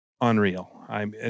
unreal